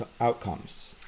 outcomes